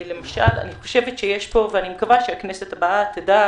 אני מקווה שהכנסת הבאה תדע